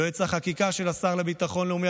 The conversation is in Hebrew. יועץ החקיקה של השר לביטחון לאומי,